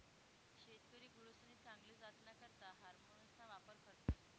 शेतकरी गुरसनी चांगली जातना करता हार्मोन्सना वापर करतस